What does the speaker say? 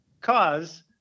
cause